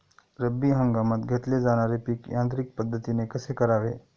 रब्बी हंगामात घेतले जाणारे पीक यांत्रिक पद्धतीने कसे करावे?